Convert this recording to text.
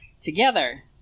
together